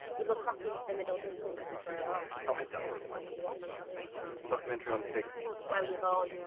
you look off into the middle distance and trail off. no i don't. what did you watch on telly last night? a documentary on figs. where were you born?